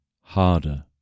harder